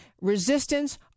resistance